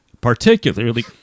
particularly